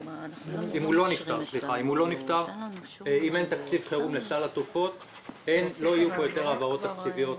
אם אין תקציב חירום לסל התרופות לא יהיו פה יותר העברות תקציביות.